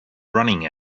running